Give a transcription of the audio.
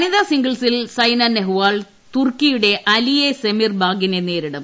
വനിതാ സിംഗിൾസിൽ സൈന നെഹ്വാൾ തുർക്കിയുടെ അലിയെ സെമിർ ബാഗിയെ നേരിടും